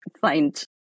find